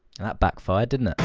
and that backfired, didn't ah